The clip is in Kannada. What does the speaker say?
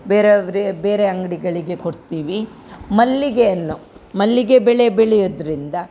ಬೇರೆಯವ್ರ್ಗೆ ಬೇರೆ ಅಂಗಡಿಗಳಿಗೆ ಕೊಡ್ತೀವಿ ಮಲ್ಲಿಗೆಯನ್ನು ಮಲ್ಲಿಗೆ ಬೆಳೆ ಬೆಳೆಯೋದರಿಂದ